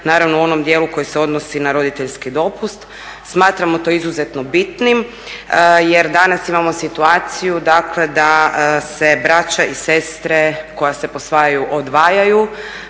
Naravno u onom dijelu koji se odnosi na roditeljski dopust. Smatramo to izuzetno bitnim jer danas imamo situaciju dakle da se braća i sestre koje se posvajaju odvajaju,